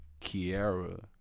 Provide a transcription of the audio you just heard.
Kiara